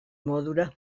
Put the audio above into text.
modura